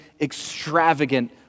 extravagant